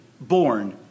born